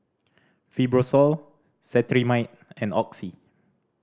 Fibrosol Cetrimide and Oxy